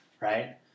right